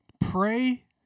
Pray